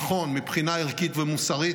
הם הכריעו נכון מבחינה ערכית ומוסרית.